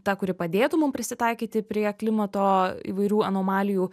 ta kuri padėtų mum prisitaikyti prie klimato įvairių anomalijų